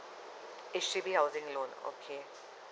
H_D_B housing loan okay